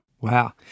Wow